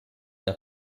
una